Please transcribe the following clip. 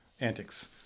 antics